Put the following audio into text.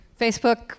Facebook